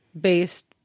based